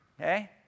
Okay